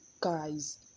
guys